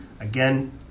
Again